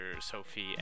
sophie